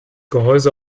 gehäuse